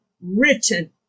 written